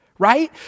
right